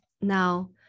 Now